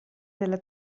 della